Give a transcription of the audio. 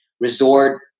resort